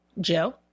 Joe